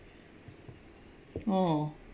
oh